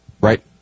right